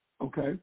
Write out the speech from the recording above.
Okay